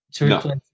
No